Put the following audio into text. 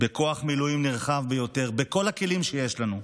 בכוח מילואים נרחב ביותר, בכל הכלים שיש לנו.